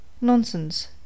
Nonsense